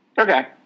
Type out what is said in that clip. Okay